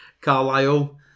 Carlisle